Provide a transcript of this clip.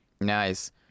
nice